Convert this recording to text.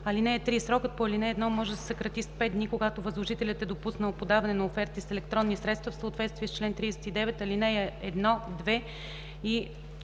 № 4. (3) Срокът по ал. 1 може да се съкрати с 5 дни, когато възложителят е допуснал подаване на оферти с електронни средства, в съответствие с чл. 39, ал. 1, 2